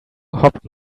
hopped